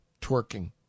Twerking